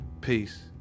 peace